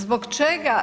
Zbog čega?